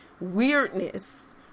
Weirdness